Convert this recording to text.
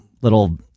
little